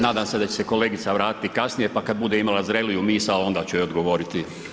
Nadam se da će se kolegica vratiti kasnije pa kad bude imala zreliju misao onda ću joj odgovoriti.